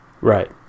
Right